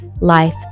life